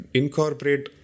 incorporate